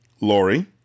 Lori